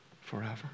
forever